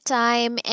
time